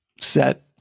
set